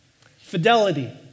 Fidelity